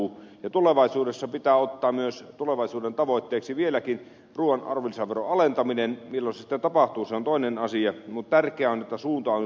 tulevaisuuden tavoitteeksi pitää ottaa myös ruuan arvonlisäveron alentaminen vieläkin milloin se sitten tapahtuu se on toinen asia mutta tärkeää on että suunta on nyt oikea